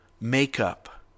makeup